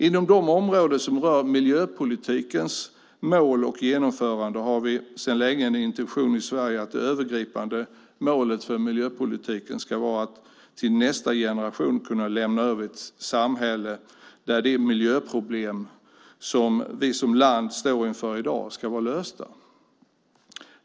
Inom de områden som rör miljöpolitikens mål och genomförande har vi sedan länge en intention i Sverige att det övergripande målet för miljöpolitiken ska vara att till nästa generation kunna lämna över ett samhälle där de miljöproblem vi som land står inför i dag ska vara lösta.